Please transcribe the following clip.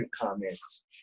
comments